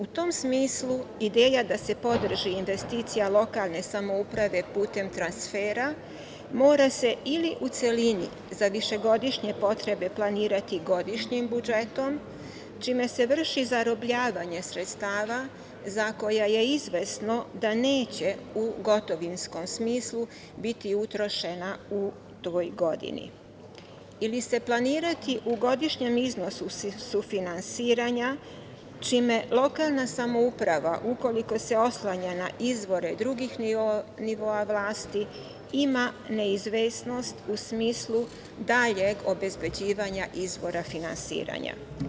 U tom smislu ideja da se podrži investicija lokalne samouprave putem transfera mora se ili u celini za višegodišnje potrebe planirati godišnjim budžetom, čime se vrši zarobljavanje sredstava za koje je izvesno da neće u gotovinskom smislu biti utrošena u toj godini, ili se planirati u godišnjem iznosu sufinansiranja, čime lokalna samouprava ukoliko se oslanja na izvor drugih nivoa vlasti ima neizvesnost u smislu daljeg obezbeđivanja izvora finansiranja.